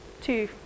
two